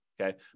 Okay